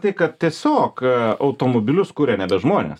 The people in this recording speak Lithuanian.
tai kad tiesiog automobilius kuria nebe žmonės